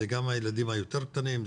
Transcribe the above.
זה גם הילדים היותר קטנים,